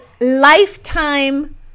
lifetime